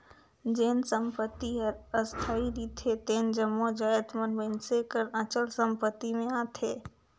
जेन संपत्ति हर अस्थाई रिथे तेन जम्मो जाएत मन मइनसे कर अचल संपत्ति में आथें